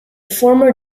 former